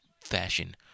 fashion